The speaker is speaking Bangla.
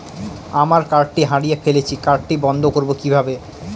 আমার কার্ডটি হারিয়ে ফেলেছি কার্ডটি বন্ধ করব কিভাবে?